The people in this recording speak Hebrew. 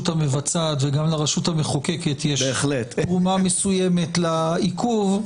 המבצעת וגם לרשות המחוקקת יש תרומה מסוימת לעיכוב,